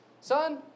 son